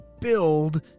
build